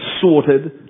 sorted